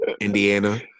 Indiana